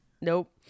Nope